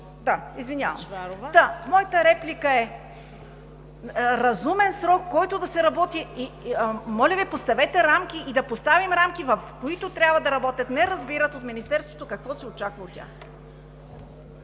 Извинявам се. Моята реплика е: разумен срок, в който да се работи. Моля Ви да поставим рамки, в които трябва да работят. Не разбират от Министерството какво се очаква от тях.